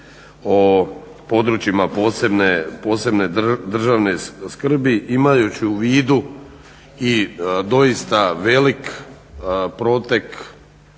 o područjima posebne državne skrbi imajući u vidu i doista velik protek